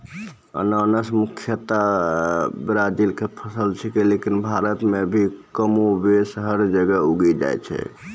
अनानस मुख्यतया ब्राजील के फल छेकै लेकिन भारत मॅ भी कमोबेश हर जगह उगी जाय छै